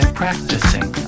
practicing